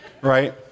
Right